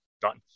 done